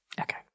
Okay